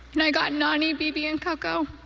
and i got nani bibi and coco.